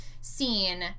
Scene